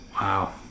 Wow